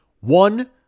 one